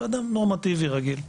אדם נורמטיבי רגיל.